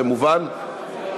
זה מובן?